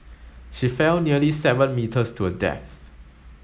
she fell nearly seven metres to her death